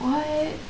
what